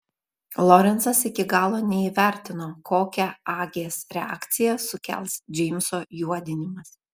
lorencas iki galo neįvertino kokią agės reakciją sukels džeimso juodinimas